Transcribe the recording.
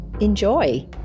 enjoy